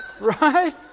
Right